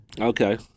Okay